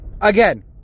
Again